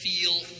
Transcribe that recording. feel